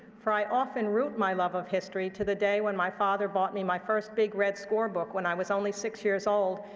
for i often root my love of history to the day when my father bought me my first big red score book when i was only six years old,